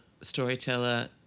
storyteller